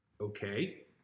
okay